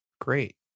Great